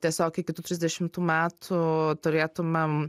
tiesiog iki tų trisdešimtų metų turėtumėm